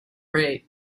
great